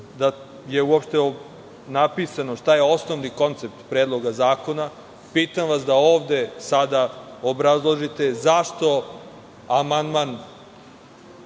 da je uopšte napisano šta je osnovni koncept predloga zakona, pitam vas da ovde sada obrazložite – zašto amandman